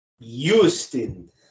houston